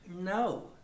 No